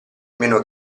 meno